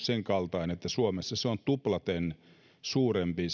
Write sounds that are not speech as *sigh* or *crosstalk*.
*unintelligible* senkaltainen että suomessa se ilmastonmuutosvaikutus asteissa on tuplaten suurempi *unintelligible*